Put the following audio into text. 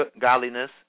godliness